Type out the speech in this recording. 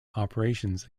operations